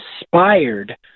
inspired